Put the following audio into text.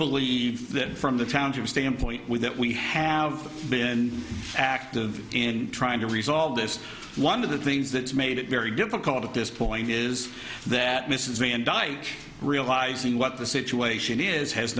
believe that from the township standpoint with that we have been active in trying to resolve this one of the things that made it very difficult at this point is that mrs van dyke realizing what the situation is has